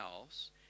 else